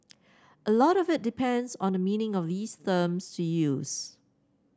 a lot of it depends on the meaning of these terms to use